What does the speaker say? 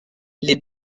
les